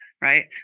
right